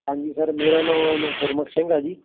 ਹਾਂਜੀ ਸਰ ਮੇਰਾ ਨਾਮ ਗੁਰਮੁਖ ਸਿੰਘ ਆ ਜੀ